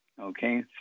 okay